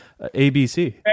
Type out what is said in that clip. ABC